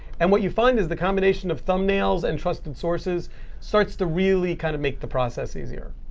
and what you find is the combination of thumbnails and trusted sources starts to really kind of make the process easier.